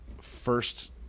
first